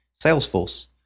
Salesforce